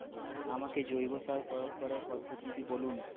আমাকে জৈব সার প্রয়োগ করার পদ্ধতিটি বলুন?